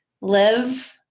live